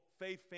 faith